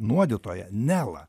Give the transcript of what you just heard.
nuodytoja nela